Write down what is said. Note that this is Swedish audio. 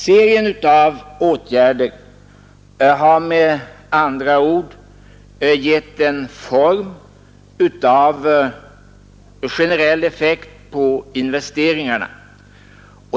Serien av åtgärder har med andra ord gett en form av generell effekt på investeringarna.